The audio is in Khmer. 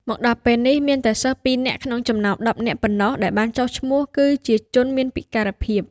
មកដល់ពេលនេះ មានតែសិស្ស ២ នាក់ក្នុងចំណោម ១០ នាក់ប៉ុណ្ណោះដែលបានចុះឈ្មោះគឺជាជនមានពិការភាព”។